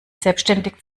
selbstständig